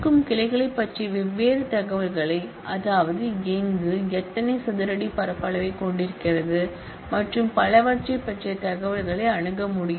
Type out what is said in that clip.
கிளைகளைப் பற்றிய வெவ்வேறு தகவல்களை அதாவது எங்கு எத்தனை சதுர அடி பரப்பளவைக் கொண்டிருக்கிறது மற்றும் பலவற்றைப் பற்றிய தகவல்களை அணுக முடியாது